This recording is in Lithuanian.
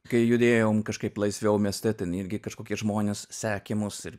kai judėjom kažkaip laisviau mieste ten irgi kažkokie žmonės sekė mus ir